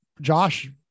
Josh